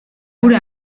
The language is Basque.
gure